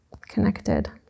connected